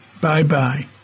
Bye-bye